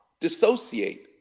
dissociate